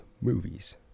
movies